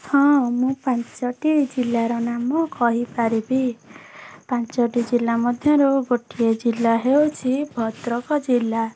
ହଁ ମୁଁ ପାଞ୍ଚଟି ଜିଲ୍ଲାର ନାମ କହିପାରିବି ପାଞ୍ଚଟି ଜିଲ୍ଲା ମଧ୍ୟରୁ ଗୋଟିଏ ଜିଲ୍ଲା ହେଉଛି ଭଦ୍ରକ ଜିଲ୍ଲା